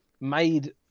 made